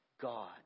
God